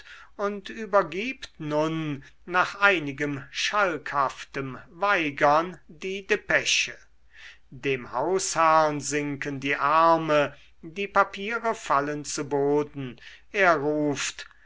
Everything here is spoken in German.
und übergibt nun nach einigem schalkhaftem weigern die depesche dem hausherrn sinken die arme die papiere fallen zu boden er ruft